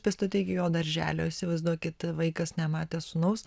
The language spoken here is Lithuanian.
pėstute iki jo darželio įsivaizduokit vaikas nematė sūnaus